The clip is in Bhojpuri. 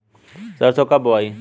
सरसो कब बोआई?